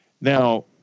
Now